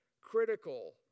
critical